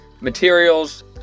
materials